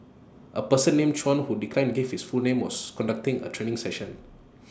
A person named Chuan who declined give his full name was conducting A training session